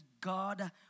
God